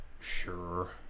Sure